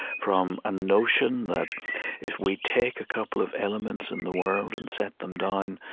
from a notion that if we take a couple of elements in the world and set them down,